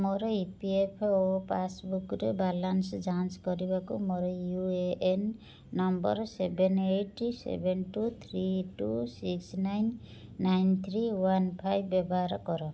ମୋର E P F O ପାସ୍ବୁକ୍ରେ balance ଯାଞ୍ଚକରିବାକୁ ମୋର U A N number seven eight seven two three two six nine nine three one five ବ୍ୟବହାର କର